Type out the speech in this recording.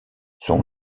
son